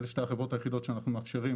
אלא שתי החברות היחידות שאנחנו מאפשרים